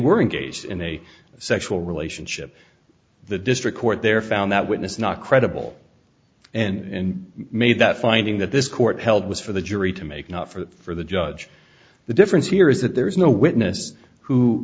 were in case in a sexual relationship the district court there found that witness not credible and made that finding that this court held was for the jury to make not for the judge the difference here is that there is no witness who